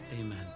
Amen